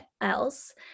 else